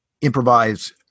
improvise